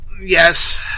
Yes